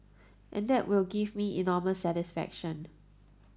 and that will give me enormous satisfaction